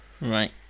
Right